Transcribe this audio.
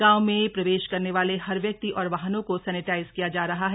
गांव में प्रवेश करने वाले हर व्यक्ति और वाहनों को सैनेटाइज किया जा रहा है